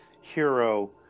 hero